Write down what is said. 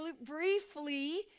briefly